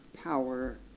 power